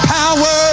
power